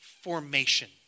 formation